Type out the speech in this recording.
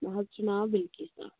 مےٚ حظ چھُ ناو بلکیٖسا